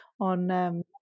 on